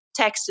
texted